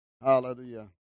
Hallelujah